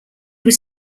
was